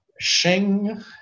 Shing